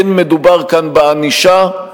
אין מדובר כאן בענישה.